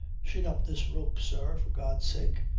shin up this rope, sir, for god's sake.